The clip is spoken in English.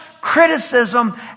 criticism